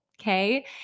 okay